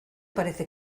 parece